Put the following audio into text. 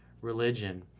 religion